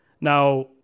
Now